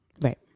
Right